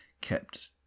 kept